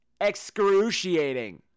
Excruciating